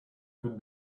could